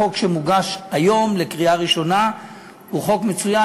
החוק שמוגש היום לקריאה ראשונה הוא חוק מצוין.